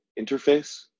interface